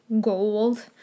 gold